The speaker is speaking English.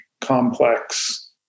complex